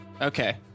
Okay